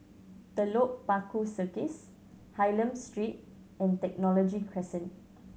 Telok Paku Circus Hylam Street and Technology Crescent